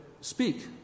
speak